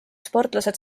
sportlased